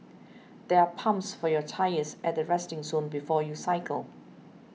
there are pumps for your tyres at the resting zone before you cycle